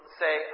say